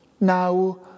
now